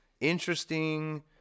interesting